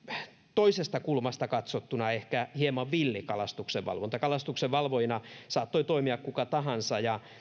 toisesta kulmasta katsottuna ehkä hieman villi kalastuksen valvonta kalastuksenvalvojana saattoi toimia kuka tahansa